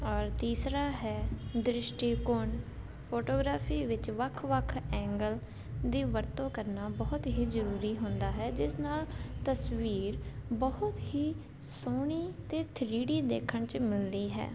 ਔਰ ਤੀਸਰਾ ਹੈ ਦ੍ਰਿਸ਼ਟੀਕੋਣ ਫੋਟੋਗ੍ਰਾਫੀ ਵਿਚ ਵੱਖ ਵੱਖ ਐਂਗਲ ਦੀ ਵਰਤੋਂ ਕਰਨਾ ਬਹੁਤ ਹੀ ਜ਼ਰੂਰੀ ਹੁੰਦਾ ਹੈ ਜਿਸ ਨਾਲ ਤਸਵੀਰ ਬਹੁਤ ਹੀ ਸੋਹਣੀ ਅਤੇ ਥਰੀ ਡੀ ਦੇਖਣ 'ਚ ਮਿਲਦੀ ਹੈ